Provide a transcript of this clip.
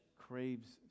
craves